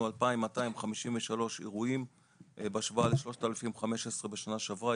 2,253 אירועים בהשוואה ל-3,015 בשנה שעברה.